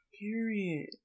Period